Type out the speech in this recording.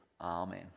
amen